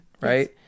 right